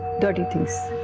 dirty things.